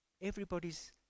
everybody's